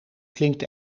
klinkt